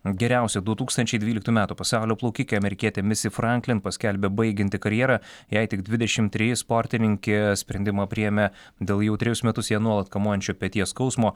geriausia du tūkstančiai dvyliktų metų pasaulio plaukikė amerikietė misi franklin paskelbė baigianti karjerą jai tik dvidešim treji sportininkė sprendimą priėmė dėl jau trejus metus ją nuolat kamuojančio peties skausmo